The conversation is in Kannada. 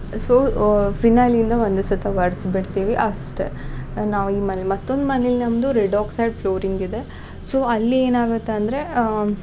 ಸೊ ಫಿನಾಯ್ಲ್ಯಿಂದ ಒಂದು ಸತ ಒರ್ಸಿ ಬಿಟ್ತಿವಿ ಅಷ್ಟೆ ನಾವು ಈ ಮನೇಲಿ ಮತ್ತೊಂದು ಮನೇಲಿ ನಮ್ಮದು ರೆಡ್ಓಕ್ಸೈಡ್ ಫ್ಲೋರಿಂಗ್ ಇದೆ ಸೊ ಅಲ್ಲಿ ಏನಾಗುತ್ತೆ ಅಂದರೆ